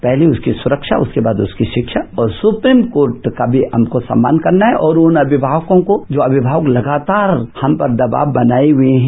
पहली उसकी सुरक्षा उसके बाद उसकी शिक्षा और सुप्रीप कोर्ट का भी हमको सम्मान करना है और उन अभिभावकों को जो अभिभावक लगातार हम पर दबाव बनाए हुए हैं